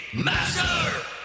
Master